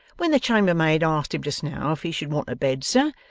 when the chambermaid asked him just now if he should want a bed, sir,